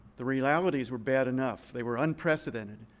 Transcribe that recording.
the realities were bad enough. they were unprecedented,